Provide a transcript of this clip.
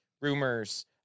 rumors